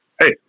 Hey